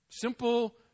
Simple